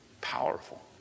Powerful